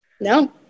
No